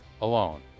alone